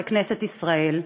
בכנסת ישראל,